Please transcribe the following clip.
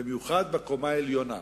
במיוחד בקומה העליונה.